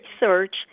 research